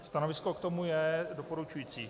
Stanovisko k tomu je doporučující.